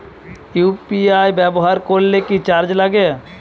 UPI ব্যবহার করলে কি চার্জ লাগে?